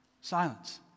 Silence